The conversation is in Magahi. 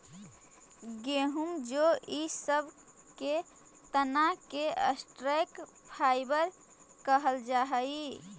गेहूँ जौ इ सब के तना के स्टॉक फाइवर कहल जा हई